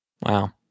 Wow